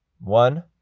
One